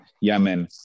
Yemen